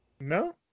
No